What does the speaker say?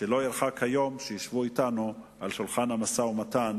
שלא ירחק היום וישבו אתנו ליד שולחן המשא-ומתן